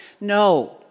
No